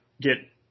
get